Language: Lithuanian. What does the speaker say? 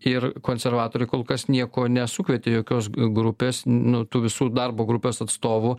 ir konservatoriai kol kas nieko nesukvietė jokios grupės nu tų visų darbo grupės atstovų